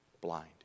blind